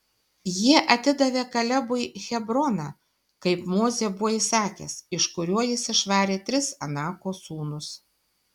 jie atidavė kalebui hebroną kaip mozė buvo įsakęs iš kurio jis išvarė tris anako sūnus